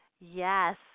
Yes